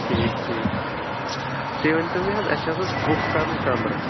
ٹھیٖک ٹھیٖک تُہۍ ؤنۍتو مےٚ حظ اَسہِ حظ اوس بُک کَرُن کمرٕ